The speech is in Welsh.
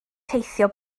teithio